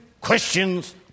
questions